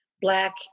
Black